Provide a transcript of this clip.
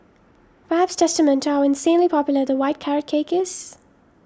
perhaps testament to how insanely popular the white carrot cake is